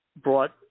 brought –